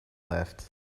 left